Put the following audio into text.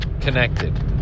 connected